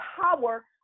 power